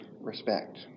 respect